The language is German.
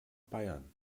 bayern